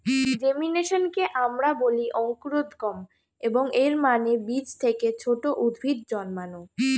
জেমিনেশনকে আমরা বলি অঙ্কুরোদ্গম, এবং এর মানে বীজ থেকে ছোট উদ্ভিদ জন্মানো